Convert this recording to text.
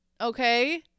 Okay